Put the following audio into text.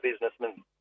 businessmen